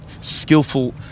skillful